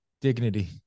Dignity